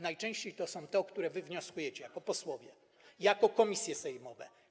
Najczęściej to są te, o które wnioskujecie jako posłowie, jako komisje sejmowe.